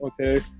okay